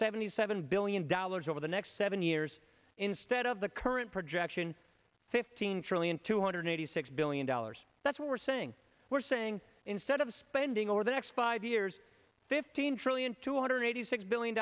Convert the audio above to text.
seventy seven billion dollars over the next seven years instead of the current projection fifteen trillion two hundred eighty six billion dollars that's what we're saying we're saying instead of spending over the next five years fifteen trillion two hundred eighty six billion